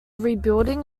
rebuilding